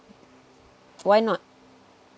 why not